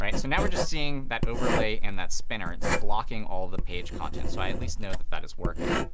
so now we're just seeing that overlay and that spinner. it's blocking all of the page content, so i at least know that that is working.